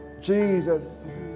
Jesus